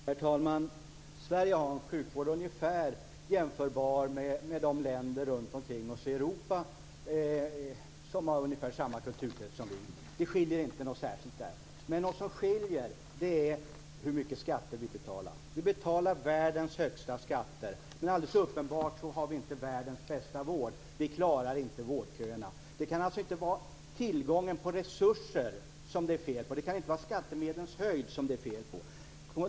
Herr talman! Sverige har en sjukvård som är jämförbar med de länder runt omkring oss i Europa som har ungefär samma kulturkrets som vi. Det skiljer inte särskilt mycket där. Men något som skiljer är hur mycket skatter vi betalar. Vi betalar världens högsta skatter, men uppenbarligen har vi inte världens bästa vård. Vi klarar inte vårdköerna. Det kan alltså inte vara tillgången på resurser som det är fel på och inte heller skattemedlens höjd.